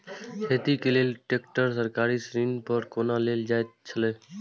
खेती के लेल ट्रेक्टर सरकारी ऋण पर कोना लेल जायत छल?